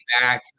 back